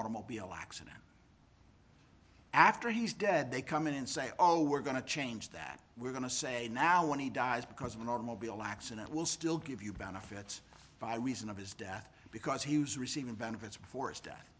automobile accident after he's dead they come in and say oh we're going to change that we're going to say now when he dies because of an automobile accident will still give you benefits by reason of his death because he was receiving benefits before